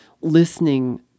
listening